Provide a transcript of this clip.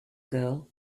girl